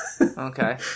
Okay